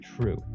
true